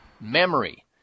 Memory